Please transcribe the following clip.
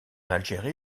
algérie